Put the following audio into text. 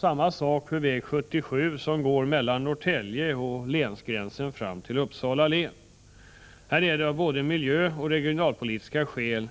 Samma sak gäller för väg 77 mellan Norrtälje och länsgränsen till Uppsala län. Det är av både miljöoch regionalpolitiska skäl